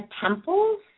temples